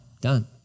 Done